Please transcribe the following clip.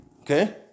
Okay